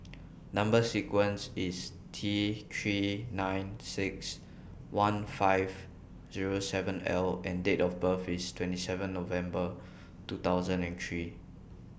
Number sequence IS T three nine six one five Zero seven L and Date of birth IS twenty seven November two thousand and three